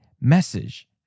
message